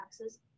taxes